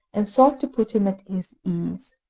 and sought to put him at his ease.